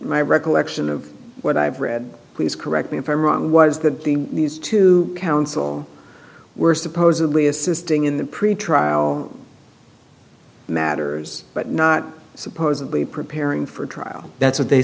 my recollection of what i've read please correct me if i'm wrong was that the these two counsel were supposedly assisting in the pretrial matters but not supposedly preparing for a trial that's what they